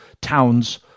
town's